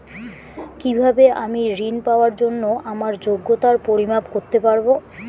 কিভাবে আমি ঋন পাওয়ার জন্য আমার যোগ্যতার পরিমাপ করতে পারব?